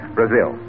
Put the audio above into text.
Brazil